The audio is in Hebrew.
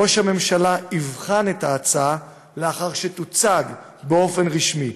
ראש הממשלה יבחן את ההצעה לאחר שתוצג באופן רשמי,